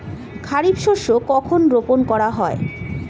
খারিফ শস্য কখন রোপন করা হয়?